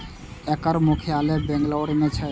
एकर मुख्यालय बेंगलुरू मे छै